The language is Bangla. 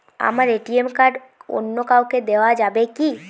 আমার এ.টি.এম কার্ড অন্য কাউকে দেওয়া যাবে কি?